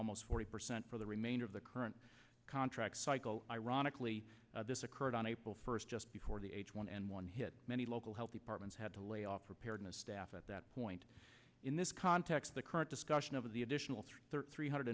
almost forty percent for the remainder of the current contract cycle ironically this occurred on april first just before the h one n one hit many local health departments had to layoff preparedness staff at that point in this context the current discussion of the additional thirty three hundred